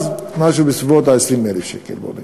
אז, משהו בסביבות 20,000 שקל, בוא נגיד.